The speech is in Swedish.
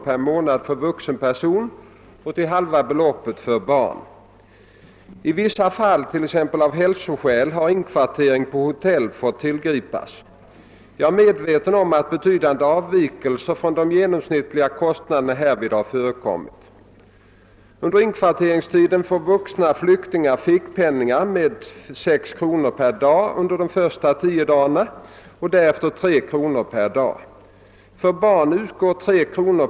per månad för vuxen person och till halva beloppet för barn. I vissa fall, t.ex. av hälsoskäl, har inkvartering på hotell fått tillgripas. Jag är medveten om att betydande avvikelser från de genomsnittliga kostnaderna härvid har förekommit. Under inkvarteringstiden får vuxna flyktingar fickpengar med 6 kr. per dag under de första tio dagarna och därefter med 3 kr. per dag. För barn utgår 3 kr.